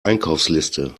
einkaufsliste